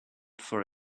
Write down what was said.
for